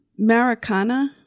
Maracana